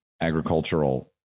agricultural